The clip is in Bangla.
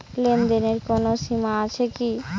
লেনদেনের কোনো সীমা আছে কি?